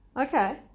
Okay